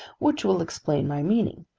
which will explain my meaning.